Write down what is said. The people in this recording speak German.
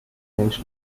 mensch